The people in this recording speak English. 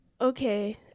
Okay